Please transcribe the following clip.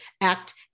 Act